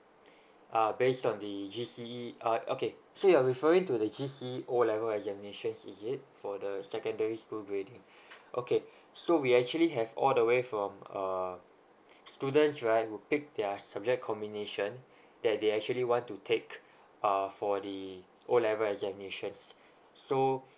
uh based on the G_C_E err okay so you are referring to the G_C_E O level examinations is it for the secondary school grading okay so we actually have all the way from uh students right will pick their subject combination that they actually want to take uh for the O level examinations so